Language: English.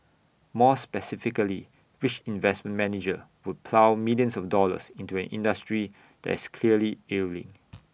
more specifically which investment manager would plough millions of dollars into an industry that is clearly ailing